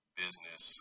business